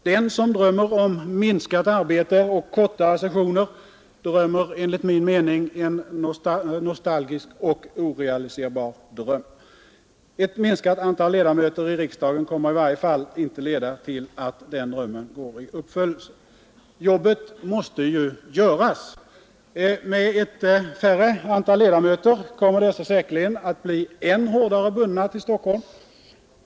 Den som drömmer om minskat arbete och kortare sessioner drömmer enligt min mening en nostalgisk och orealiserbar dröm. Ett minskat antal ledamöter i riksdagen kommer i varje fall inte att leda till att den drömmen går i uppfyllelse. Jobbet måste ju göras. Har man ett lägre antal ledamöter, kommer dessa säkerligen att bli än hårdare bundna till Stockholm.